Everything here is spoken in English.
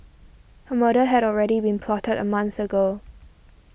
a murder had already been plotted a month ago